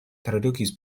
tradukis